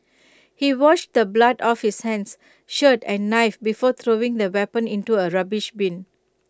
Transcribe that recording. he washed the blood off his hands shirt and knife before throwing the weapon into A rubbish bin